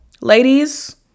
ladies